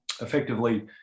effectively